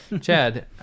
Chad